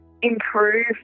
improve